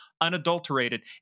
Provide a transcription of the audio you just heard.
unadulterated